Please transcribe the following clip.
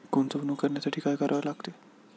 गुंतवणूक करण्यासाठी काय करायला लागते?